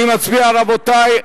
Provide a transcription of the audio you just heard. אני מצביע, רבותי,